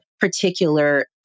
particular